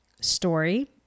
story